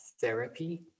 therapy